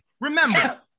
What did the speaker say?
Remember-